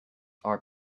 are